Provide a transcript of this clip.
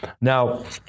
Now